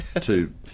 two